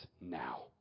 now